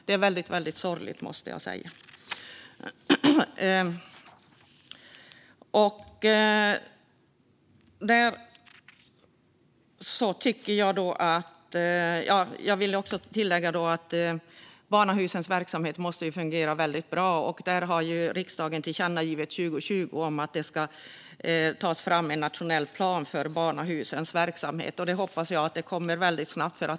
Det är väldigt sorgligt, måste jag säga. Jag vill tillägga att barnahusens verksamhet måste fungera väldigt bra. Riksdagen riktade 2020 ett tillkännagivande till regeringen om att det ska tas fram en nationell plan för barnahusens verksamhet, och jag hoppas att den kommer väldigt snabbt.